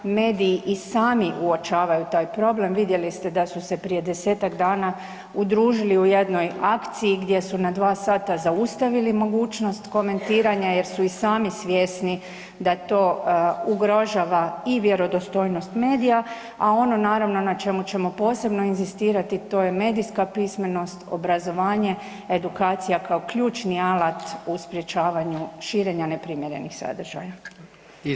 Mediji i sami uočavaju taj problem, vidjeli ste da su se prije desetak dana udružili u jednoj akciji gdje su na 2 sata zaustavili mogućnost komentiranja jer su i sami svjesni da to ugrožava i vjerodostojnost medija, a ono naravno na čemu ćemo posebno inzistirati to je medijska pismenost, obrazovanje, edukacija kao ključni alat u sprječavanju širenja neprimjerenih sadržaja.